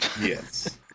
Yes